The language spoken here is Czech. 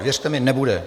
Věřte mi, nebude.